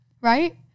right